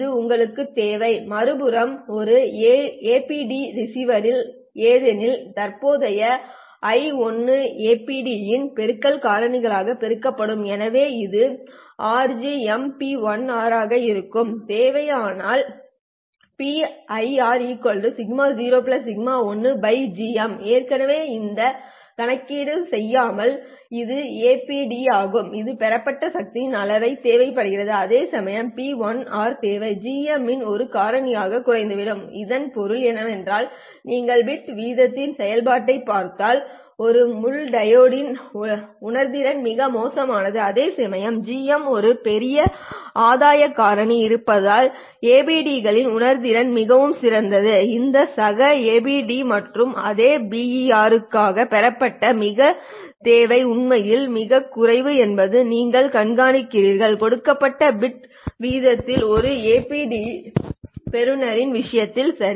இது உங்களுக்குத் தேவை மறுபுறம் ஒரு APD ரிசீவர் ஏனெனில் தற்போதைய I1 APD இன் பெருக்கல் காரணியால் பெருக்கப்படும் எனவே இது RGmP1r ஆக இருக்கலாம் தேவையான P1r σ0 σ1 Gm ஏற்கனவே எந்த கணக்கீடும் செய்யாமல் இது APD ஆகும் இது பெறப்பட்ட சக்தியின் அளவு தேவைப்படுகிறது அதேசமயம் P1r தேவை Gm இன் ஒரு காரணியால் குறைந்துவிட்டது இதன் பொருள் என்னவென்றால் நீங்கள் பிட் வீதத்தின் செயல்பாட்டைப் பார்த்தால் ஒரு முள் டையோட்டின் உணர்திறன் மிக மோசமானது அதேசமயம் Gm ஒரு பெரிய ஆதாய காரணி இருப்பதால் ஏபிடிகளின் உணர்திறன் மிகவும் சிறந்தது இந்த சக ஏபிடி மற்றும் அதே BER ஆருக்கு பெறப்பட்ட மின் தேவை உண்மையில் மிகக் குறைவு என்பதை நீங்கள் காண்கிறீர்கள் கொடுக்கப்பட்ட பிட் வீதத்திற்கு ஒரு APD பெறுநரின் விஷயத்தில் சரி